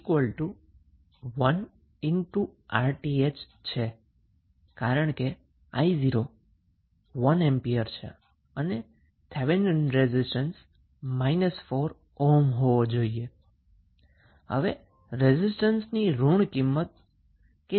હવે 𝑣01∗𝑅𝑇ℎ છે કારણ કે 𝑖01 એમ્પિયર છે અને સરળ રીતે થેવેનિન રેઝિસ્ટન્સની વેલ્યુ માઇનસ 4 ઓહ્મ હોવી જોઈએ